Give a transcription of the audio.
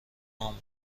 عامه